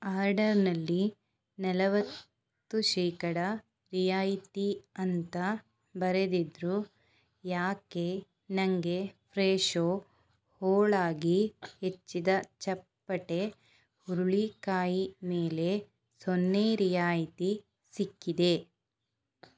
ಆರ್ಡರ್ನಲ್ಲಿ ನಲವತ್ತು ಶೇಕಡಾ ರಿಯಾಯಿತಿ ಅಂತ ಬರೆದಿದ್ದರೂ ಏಕೆ ನನಗೆ ಫ್ರೆಶೋ ಹೋಳಾಗಿ ಹೆಚ್ಚಿದ ಚಪ್ಪಟೆ ಹುರುಳಿಕಾಯಿ ಮೇಲೆ ಸೊನ್ನೆ ರಿಯಾಯಿತಿ ಸಿಕ್ಕಿದೆ